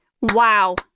Wow